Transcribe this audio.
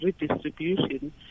redistribution